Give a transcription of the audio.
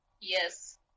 Yes